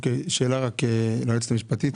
שאלה ליועצת המשפטית: